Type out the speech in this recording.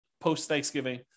post-Thanksgiving